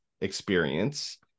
experience